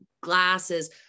glasses